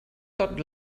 tot